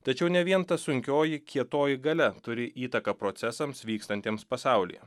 tačiau ne vien ta sunkioji kietoji galia turi įtaką procesams vykstantiems pasaulyje